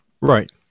Right